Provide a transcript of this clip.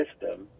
system